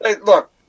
look